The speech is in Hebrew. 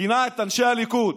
כינה את אנשי הליכוד.